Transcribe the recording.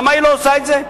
למה היא לא עושה את זה?